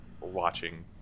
watching